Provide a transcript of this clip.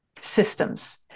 systems